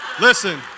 Listen